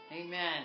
Amen